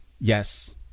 Yes